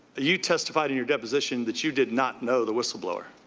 you testified in your deposition that you did not know the whistleblower.